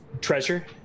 treasure